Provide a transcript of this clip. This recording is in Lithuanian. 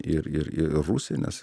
ir ir i rusija nes